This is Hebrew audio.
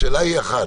השאלה היא אחת,